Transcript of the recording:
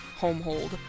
homehold